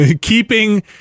keeping